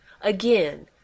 Again